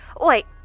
Wait